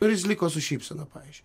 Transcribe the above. nu ir jis liko su šypsena pavyzdžiui